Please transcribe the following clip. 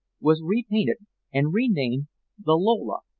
was repainted and renamed the lola,